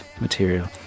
material